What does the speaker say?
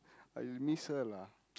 I will miss her lah